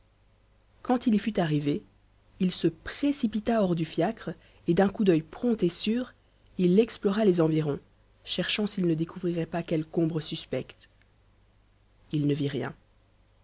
quand il y fut arrivé il se précipita hors du fiacre et d'un coup d'œil prompt et sûr il explora les environs cherchant s'il ne découvrirait pas quelque ombre suspecte il ne vit rien